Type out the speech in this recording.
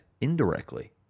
indirectly